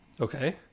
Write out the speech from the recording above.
okay